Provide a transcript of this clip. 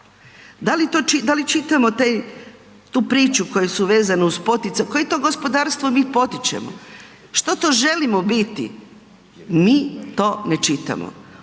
Da li čitamo tu priču koji su vezani uz poticaje, koji to gospodarstvo mi potičemo? Što to želimo biti? Mi to ne čitamo.